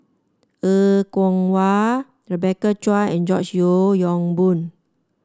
Er Kwong Wah Rebecca Chua and George Yeo Yong Boon